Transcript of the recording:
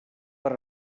per